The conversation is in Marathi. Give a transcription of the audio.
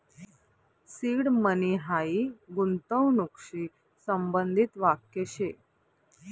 सीड मनी हायी गूंतवणूकशी संबंधित वाक्य शे